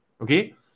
okay